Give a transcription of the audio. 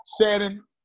shannon